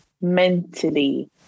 mentally